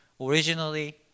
originally